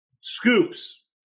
scoops